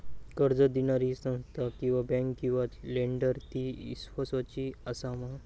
कर्ज दिणारी ही संस्था किवा बँक किवा लेंडर ती इस्वासाची आसा मा?